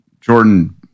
Jordan